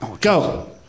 Go